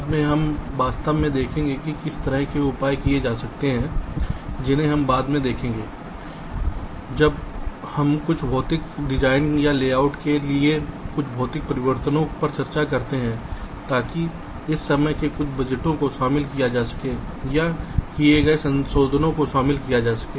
बाद में हम वास्तव में देखेंगे कि किस तरह के उपाय किए जा सकते हैं जिन्हें हम बाद में देखेंगे जब हम कुछ भौतिक डिज़ाइन या लेआउट के लिए कुछ भौतिक परिवर्तनों पर चर्चा करते हैं ताकि इस समय के कुछ बजटों को शामिल किया जा सके या किए गए संशोधनों को शामिल किया जा सके